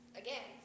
again